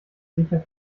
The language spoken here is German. sicher